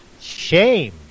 Shame